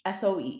SOE